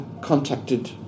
contacted